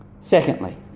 Secondly